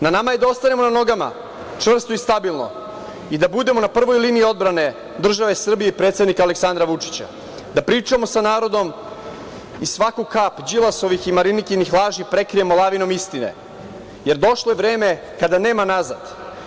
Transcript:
Na nama je da ostanemo na nogama, čvrsto i stabilno, i da budemo na prvoj liniji odbrane države Srbije i predsednika Aleksandra Vučića, da pričamo sa narodom i svaku kap Đilasovih i Marinikinih laži prekinemo lavinom istine, jer došlo je vreme kada nema nazad.